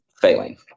failing